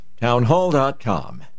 townhall.com